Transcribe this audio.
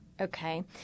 Okay